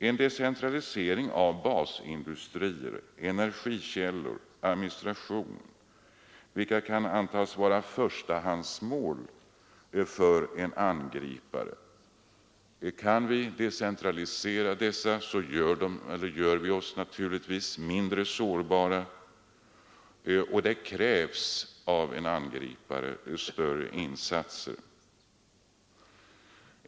En decentralisering av basindustrier, kommunikationer, energikällor och administration, vilka kan antas vara förstahandsmål för en angripare, gör oss mindre sårbara och det krävs större insatser av en angripare.